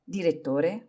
Direttore